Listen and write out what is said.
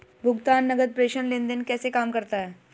भुगतान नकद प्रेषण लेनदेन कैसे काम करता है?